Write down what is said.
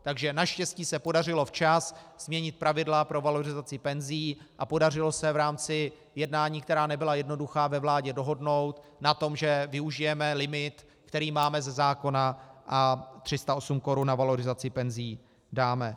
Takže naštěstí se podařilo včas změnit pravidla pro valorizaci penzí a podařilo se v rámci jednání, která nebyla jednoduchá, ve vládě dohodnout na tom, že využijeme limit, který máme ze zákona, a 308 korun na valorizaci penzí dáme.